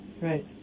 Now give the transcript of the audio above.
Right